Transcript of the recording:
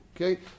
Okay